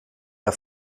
der